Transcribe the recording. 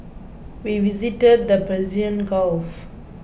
we visited the Persian Gulf